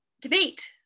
debate